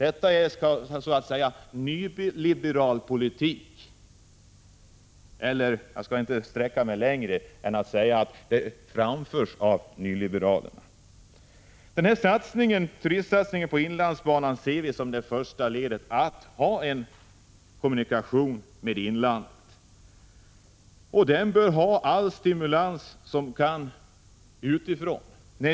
Jag skall inte sträcka mig längre än till att säga att detta är en politik som framförs av nyliberalerna. Turistsatsningen på inlandsbanan ser vi som det första ledet i att bibehålla en kommunikation med inlandet. Den satsningen behöver all tänkbar stimulans utifrån.